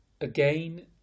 again